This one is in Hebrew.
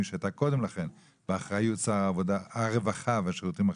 שהייתה קודם לכן באחריות שר הרווחה והשירותים החברתיים",